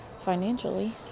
financially